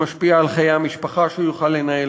היא משפיעה על חיי המשפחה שהוא יוכל לנהל,